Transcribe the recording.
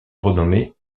renommé